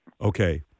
Okay